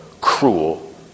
cruel